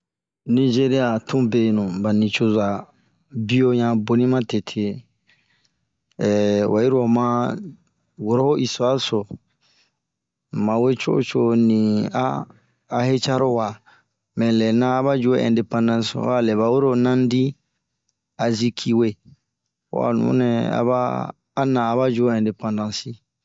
Nigeriya a tun benu ,ba nicoza boni matete, eeh wayi lo wama woro ho istuare so, mu ma we co'o wo co'o nii a heca ro waa. ɛ lɛna aba yura ho ɛndepansi ho a lɛ ba we ro Nangdi Azikiwe, ho a nunɛɛ aba a na aba yu ho ɛndepansi.